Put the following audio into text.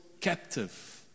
captive